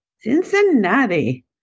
cincinnati